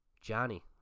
Johnny